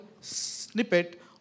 snippet